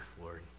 Lord